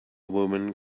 woman